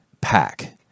pack